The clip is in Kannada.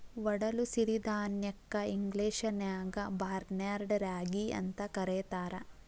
ಒಡಲು ಸಿರಿಧಾನ್ಯಕ್ಕ ಇಂಗ್ಲೇಷನ್ಯಾಗ ಬಾರ್ನ್ಯಾರ್ಡ್ ರಾಗಿ ಅಂತ ಕರೇತಾರ